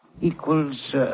equals